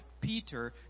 Peter